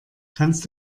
kannst